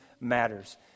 matters